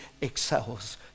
excels